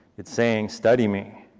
it's saying study me.